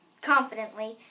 confidently